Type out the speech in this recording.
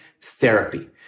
therapy